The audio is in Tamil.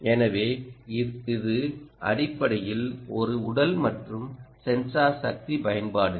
எனவே இது அடிப்படையில் ஒரு உடல் மற்றும் சென்சார் சக்தி பயன்பாடுகள்